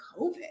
COVID